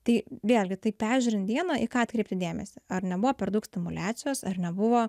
tai vėlgi tai peržiūrint dieną į ką atkreipti dėmesį ar nebuvo per daug stimuliacijos ar nebuvo